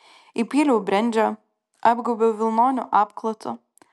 įpyliau brendžio apgaubiau vilnoniu apklotu